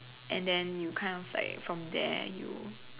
and then you kind of like from there you